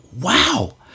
wow